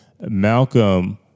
Malcolm